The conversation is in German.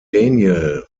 daniel